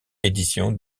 édition